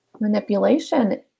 manipulation